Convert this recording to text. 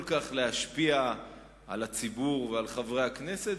כך להשפיע על הציבור ועל חברי הכנסת,